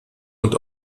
und